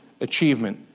achievement